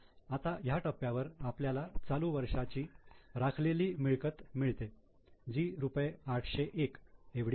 आता ह्या टप्प्यावर आपल्याला चालू वर्षाची राखलेली मिळकत मिळते जी रुपये 801 एवढी आहे